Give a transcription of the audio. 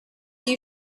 you